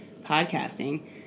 podcasting